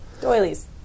Doilies